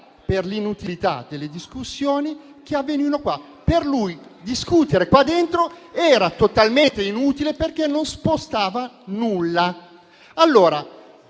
per l'inutilità delle discussioni che avvenivano in quest'Aula. Per lui discutere qui dentro era totalmente inutile, perché non spostava nulla.